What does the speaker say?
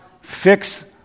fix